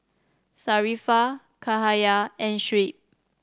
Sharifah Cahaya and Shuib